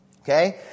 okay